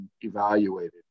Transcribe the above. evaluated